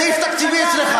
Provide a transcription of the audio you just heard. לא זה סעיף תקציבי אצלך.